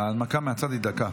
ההנמקה מהצד היא דקה,